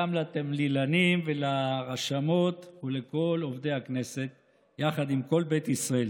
גם לתמלילנים ולרשמות ולכל עובדי הכנסת יחד עם כל בית ישראל.